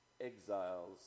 exiles